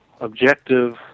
objective